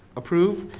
approve.